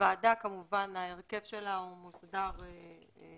כמובן, ההרכב שלה הוא מוסדר בחוק.